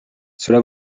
cela